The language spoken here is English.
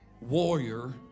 warrior